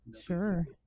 Sure